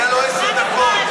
היו לו עשר דקות.